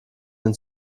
den